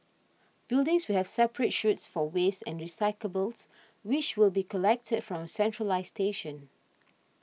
buildings will have separate chutes for waste and recyclables which will be collected from a centralised station